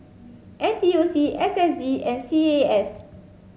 N T U C S S G and C A S